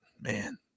man